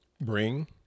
Bring